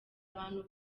abantu